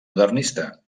modernista